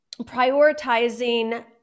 prioritizing